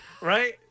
right